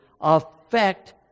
affect